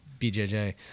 BJJ